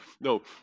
No